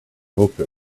hope